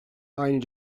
aynı